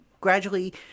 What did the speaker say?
gradually